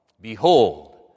Behold